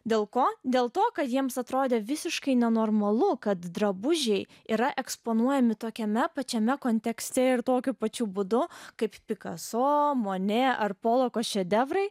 dėl ko dėl to kad jiems atrodė visiškai nenormalu kad drabužiai yra eksponuojami tokiame pačiame kontekste ir tokiu pačiu būdu kaip picasso amoniako ar poloko šedevrai